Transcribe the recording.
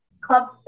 Club